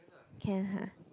can ah